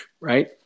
right